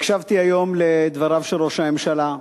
הקשבתי היום לדבריו של ראש הממשלה,